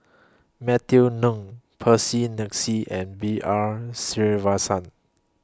Matthew Ngui Percy Mcneice and B R Sreenivasan